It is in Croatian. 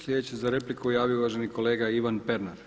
Sljedeći za repliku se javio uvaženi kolega Ivan Pernar.